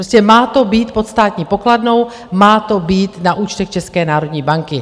Prostě má to být pod Státní pokladnou, má to být na účtech České národní banky.